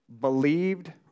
believed